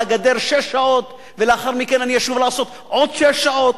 הגדר שש שעות ולאחר מכן אני אשוב לעשות עוד שש שעות.